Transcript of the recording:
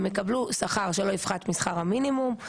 הם יקבלו שכר שלא יפחת משכר המינימום,